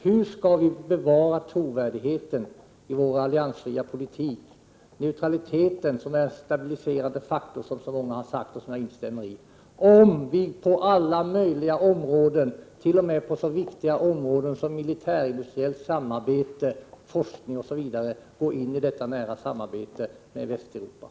Hur skall vi bevara trovärdigheten i vår alliansfria politik och vår neutralitet vilken, som så många har sagt, är en stabiliserande faktor — och det instämmer jag i —, om vi på alla möjliga områden, t.o.m. på så viktiga som militärindustriellt samarbete, forskning osv., går in i detta nära samarbete med Västeuropa?